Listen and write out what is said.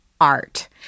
art